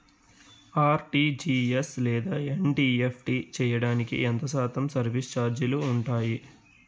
RTGS లేదా NEFT చేయడానికి ఎంత శాతం సర్విస్ ఛార్జీలు ఉంటాయి?